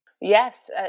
Yes